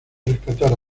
rescatar